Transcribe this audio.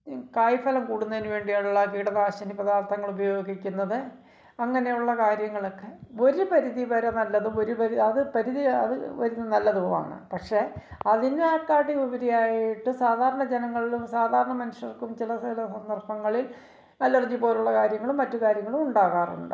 കായ്ഫലം കൂടുന്നതിന് വേണ്ടിയുള്ള കീടനാശിനി പദാര്ത്ഥങ്ങൾ ഉപയോഗിക്കുന്നത് അങ്ങനെയുള്ള കാര്യങ്ങൾ ഒക്കെ ഒരു പരിധിവരെ നല്ലതും ഒരു പരിധി അത് പരിധി വ അത് നല്ലതുമാണ് പക്ഷേ അതിനേക്കാട്ടി ഉപരിയായിട്ട് സാധാരണ ജനങ്ങളും സാധാരണ മനുഷ്യർക്കും ചില ചില സന്ദര്ഭങ്ങളില് അലര്ജി പോലുള്ള കാര്യങ്ങളും മറ്റു കാര്യങ്ങളും ഉണ്ടാകാറുണ്ട്